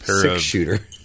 six-shooter